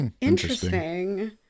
interesting